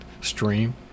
stream